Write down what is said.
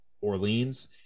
Orleans